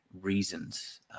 reasons